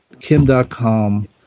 Kim.com